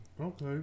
okay